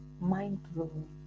mind-blowing